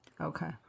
Okay